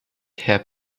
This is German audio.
herr